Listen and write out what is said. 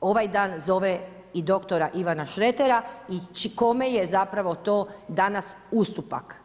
ovaj dan zove i dr. Ivana Šretera i kome je zapravo to danas ustupak?